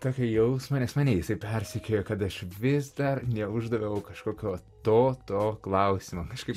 tokio jausmo nes mane jisai persekioja kad aš vis dar neuždaviau kažkokio to to klausimo kažkaip